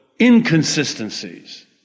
inconsistencies